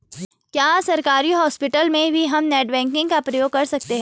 क्या सरकारी हॉस्पिटल में भी हम नेट बैंकिंग का प्रयोग कर सकते हैं?